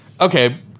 Okay